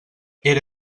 era